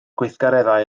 gweithgareddau